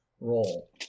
roll